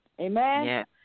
Amen